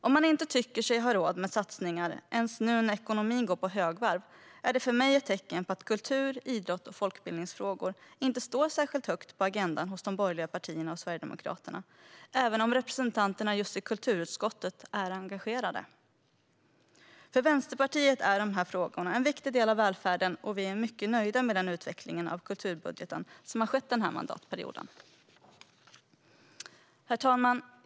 Om man inte tycker sig ha råd med satsningar ens nu när ekonomin går på högvarv är det för mig ett tecken på att kultur, idrott och folkbildningsfrågor inte står särskilt högt på agendan hos de borgerliga partierna och Sverigedemokraterna, även om representanterna just i kulturutskottet är engagerade. För Vänsterpartiet är dessa frågor en viktig del av välfärden, och vi är mycket nöjda med den utveckling av kulturbudgeten som har skett denna mandatperiod. Herr talman!